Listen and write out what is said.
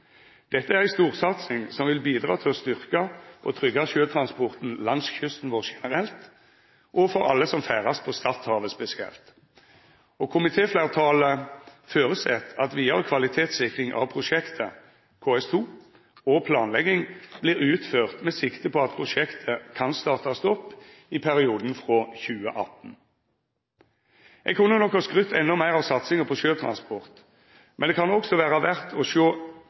Dette er ei storsatsing som vil bidra til å styrka og trygga sjøtransporten langs kysten vår generelt, og for alle som ferdast på Stadhavet spesielt. Komitéfleirtalet føreset at vidare kvalitetssikring av prosjektet, KS2, og planlegging vert utført med sikte på at prosjektet kan startast opp i perioden frå 2018. Eg kunne nok ha skrytt endå meir av satsinga på sjøtransport, men det kan også vera verdt å sjå